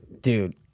Dude